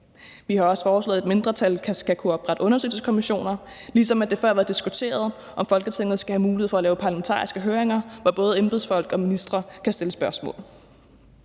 Vi har også foreslået, at et mindretal skal kunne oprette undersøgelseskommissioner, ligesom det før har været diskuteret, om Folketinget skal have mulighed for at lave parlamentariske høringer, hvor både embedsfolk og ministre kan stilles spørgsmål.